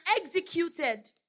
executed